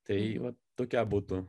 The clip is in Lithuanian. tai vat tokia būtų